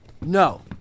No